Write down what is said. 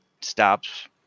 stops